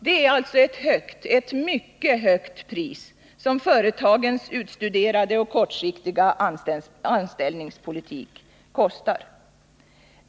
Det är alltså ett högt, mycket högt pris som företagens utstuderade och kortsiktiga anställningspolitik betingar.